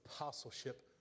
apostleship